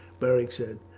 beric said.